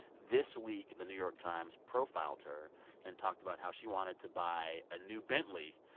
this week, the new york times profiled her and talked about how she wanted to buy a new bentley.